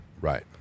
Right